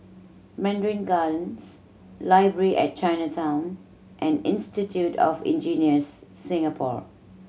Mandarin Gardens Library at Chinatown and Institute of Engineers Singapore